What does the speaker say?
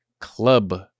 club